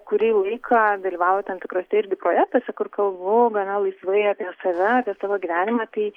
kurį laiką dalyvauju tam tikruose irgi projektuose kur kalbu gana laisvai apie save savo gyvenimą tai